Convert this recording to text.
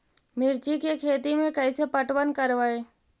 मिर्ची के खेति में कैसे पटवन करवय?